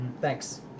Thanks